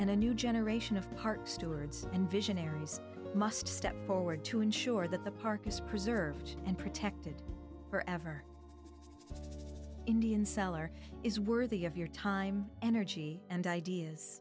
a new generation of park stewards and visionaries must step forward to ensure that the park is preserved and protected forever indian seller is worthy of your time energy and ideas